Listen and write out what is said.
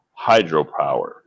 hydropower